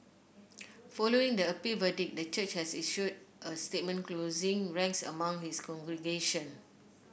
following the appeal verdict the church has issued a statement closing ranks among its congregation